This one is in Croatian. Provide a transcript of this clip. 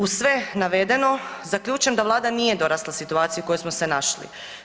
Uz sve navedeno zaključujem da Vlada nije dorasla situaciji u kojoj smo se našli.